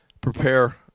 prepare